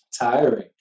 tiring